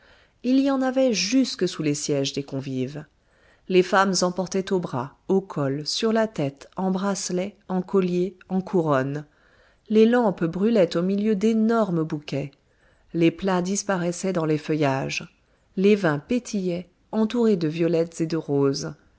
il y en avait jusque sous les sièges des convives les femmes en portaient aux bras au col sur la tête en bracelets en colliers en couronnes les lampes brûlaient au milieu d'énormes bouquets les plats disparaissaient dans les feuillages les vins pétillaient entourés de violettes et de roses